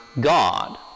God